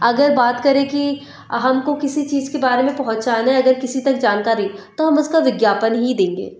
अगर बात करें कि हमको किसी चीज के बारे में पहुँचाना है अगर किसी तक जानकारी तो हम उसका विज्ञापन ही देंगे